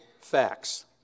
facts